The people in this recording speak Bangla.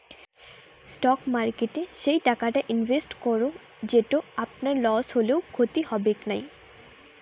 স্টক মার্কেটে সেই টাকাটা ইনভেস্ট করো যেটো আপনার লস হলেও ক্ষতি হবেক নাই